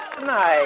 tonight